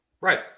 right